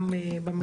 גם במליאה.